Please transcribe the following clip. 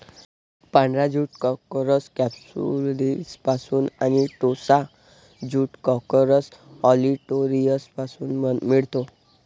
पांढरा jute corchorus कॅप्सुलरिसपासून आणि टोसा ज्यूट कॉर्कोरस ऑलिटोरियसपासून मिळतो